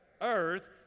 earth